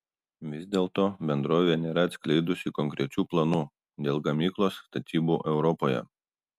vis dėlto bendrovė nėra atskleidusi konkrečių planų dėl gamyklos statybų europoje